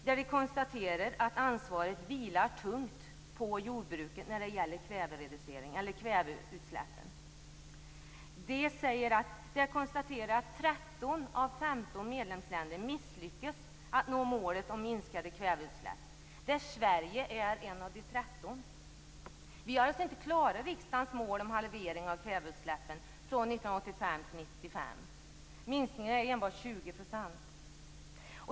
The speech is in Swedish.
Det konstateras att ansvaret vilar tungt på jordbruket när det gäller kväveutsläppen. Det konstateras också att 13 av 15 medlemsländer har misslyckats med att nå målet om minskade kväveutsläpp. Sverige är ett av de 13 länderna. Vi har alltså inte klarat riksdagens mål om en halvering av kväveutsläppen under perioden 1985-1995. Minskningen är enbart 20 %.